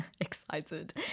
excited